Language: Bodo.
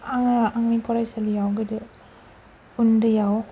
आङो आंनि फरायसालियाव गोदो उन्दैयाव